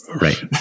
right